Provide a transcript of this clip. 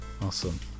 Awesome